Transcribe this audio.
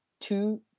two